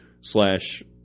slash